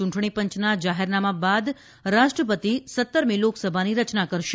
ચૂંટણીપંચના જાહેરનામા બાદ રાષ્ટ્રપતિ સત્તરમી લોકસભાની રચના કરશે